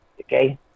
Okay